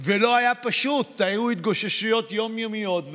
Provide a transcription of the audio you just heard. ולא היה פשוט, היו התגוששויות יום-יומיות.